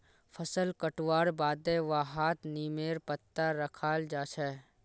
फसल कटवार बादे वहात् नीमेर पत्ता रखाल् जा छे